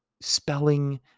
spelling